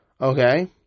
Okay